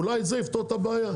אולי זה יפתור את הבעיה.